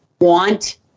want